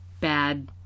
bad